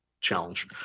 challenge